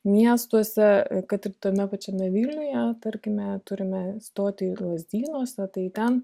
miestuose kad ir tame pačiame vilniuje tarkime turime stotį ir lazdynuose tai ten